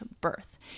birth